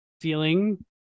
feeling